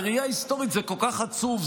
בראייה היסטורית זה כל כך עצוב,